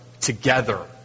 together